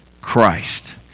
Christ